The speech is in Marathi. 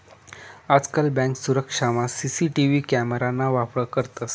आजकाल बँक सुरक्षामा सी.सी.टी.वी कॅमेरा ना वापर करतंस